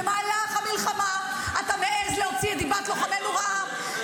במהלך המלחמה אתה מעז להוציא את דיבת לוחמינו רעה,